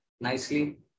nicely